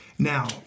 Now